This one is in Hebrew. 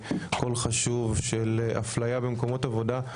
קול חשוב של אפליה במקומות עבודה,